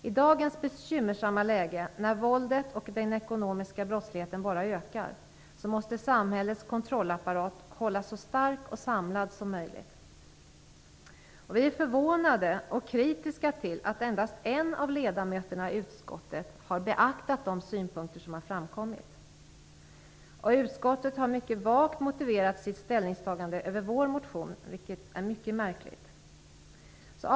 I dagens bekymmersamma läge, när våldet och den ekonomiska brottsligheten bara ökar, måste samhällets kontrollapparat hållas så stark och samlad som möjligt. Vi är förvånade över och kritiska till att endast en av ledamöterna i utskottet har beaktat de synpunkter som har framkommit. Utskottet har mycket vagt motiverat sitt ställningstagande över vår motion, vilket är mycket märkligt. Fru talman!